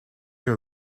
are